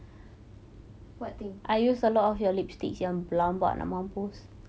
what thing